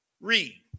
read